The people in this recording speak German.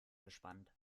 gespannt